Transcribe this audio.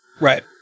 Right